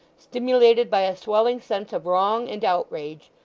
stimulated by a swelling sense of wrong and outrage,